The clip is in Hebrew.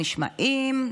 בנחת נשמעים.